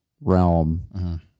realm